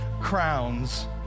crowns